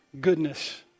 goodness